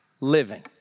living